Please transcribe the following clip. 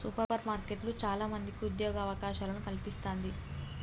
super మార్కెట్లు చాల మందికి ఉద్యోగ అవకాశాలను కల్పిస్తంది